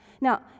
Now